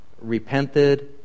repented